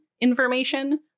information